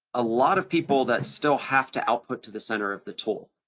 a lot of people that still have to output to the center of the tool.